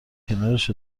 کنارش